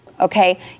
okay